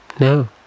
No